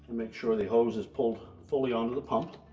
make sure the hose is pulled fully onto the pump,